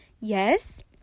yes